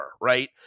right